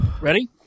ready